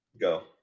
Go